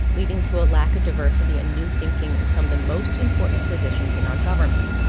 leading to a lack of diversity and new thinking in some of the most important positions in our government.